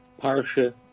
parsha